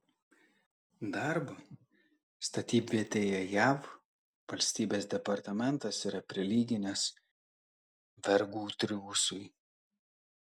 darbą statybvietėje jav valstybės departamentas yra prilyginęs vergų triūsui